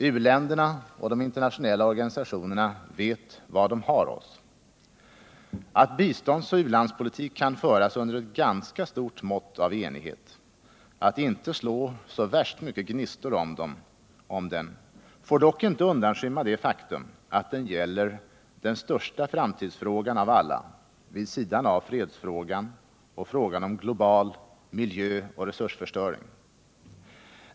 U-länderna och de internationella organisationerna vet var de har oss. Att biståndsoch u-landspolitik kan föras under ett ganska stort mått av enighet — att det inte slår så värst mycket gnistor om den — får dock inte undanskymma det faktum att den gäller den största framtidsfrågan av alla, vid sidan av fredsfrågan och frågan om global miljöoch resursförstöring.